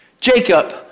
Jacob